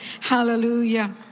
Hallelujah